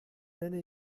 nenne